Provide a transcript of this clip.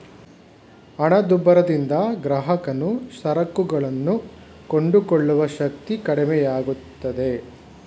ಹಣದುಬ್ಬರದಿಂದ ಗ್ರಾಹಕನು ಸರಕುಗಳನ್ನು ಕೊಂಡುಕೊಳ್ಳುವ ಶಕ್ತಿ ಕಡಿಮೆಯಾಗುತ್ತೆ